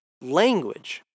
language